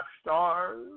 stars